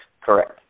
Correct